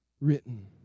written